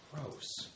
Gross